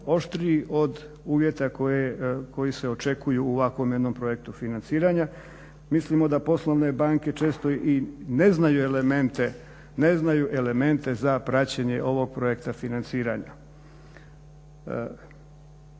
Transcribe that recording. od uvjeta koji se očekuju u ovakvom jednom projektu financiranja. Mislimo da poslovne banke često i ne znaju elemente za praćenje ovog projekta financiranja.